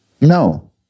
No